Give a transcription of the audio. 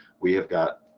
we have got